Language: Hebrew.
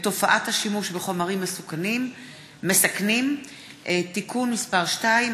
בתופעת השימוש בחומרים מסכנים (תיקון מס' 2),